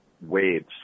waves